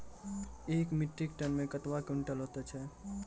एक metric ton मे कतवा क्वींटल हैत छै?